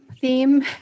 theme